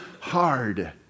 hard